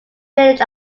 village